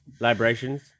Librations